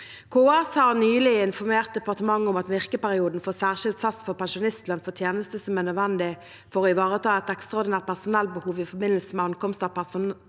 KS har nylig informert departementet om at virkeperioden for særskilt sats for pensjonistlønn for tjeneste som er nødvendig for å ivareta et ekstraordinært personellbehov i forbindelse med ankomst av personer